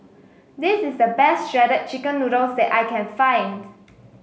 this is the best Shredded Chicken Noodles that I can find